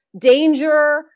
danger